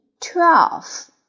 twelve